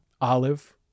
olive